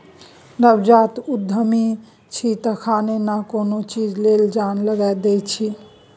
नवजात उद्यमी छी तखने न कोनो चीज लेल जान लगा दैत छी